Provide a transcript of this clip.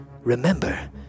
remember